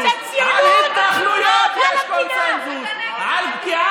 כולם ציונים, אוהבים את המדינה